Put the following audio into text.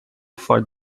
for